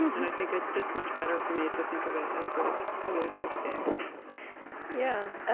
and i think it's just much better for me to think of it as sort of a little bit of a game yeah, ah